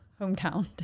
hometown